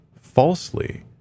Falsely